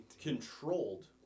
controlled